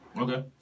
Okay